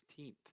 16th